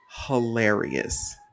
hilarious